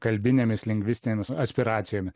kalbinėmis lingvistinėmis aspiracijomis